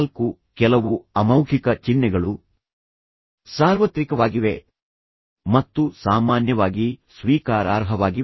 ನಾಲ್ಕು ಕೆಲವು ಅಮೌಖಿಕ ಚಿಹ್ನೆಗಳು ಸಾರ್ವತ್ರಿಕವಾಗಿವೆ ಮತ್ತು ಸಾಮಾನ್ಯವಾಗಿ ಸ್ವೀಕಾರಾರ್ಹವಾಗಿವೆ